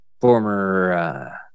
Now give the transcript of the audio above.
former